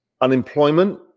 unemployment